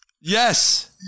yes